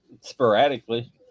Sporadically